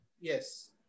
Yes